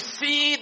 see